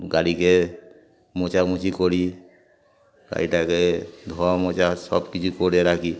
গাড়িকে মোছামুছি করি গাড়িটাকে ধোয়া মোছা সব কিছু করে রাখি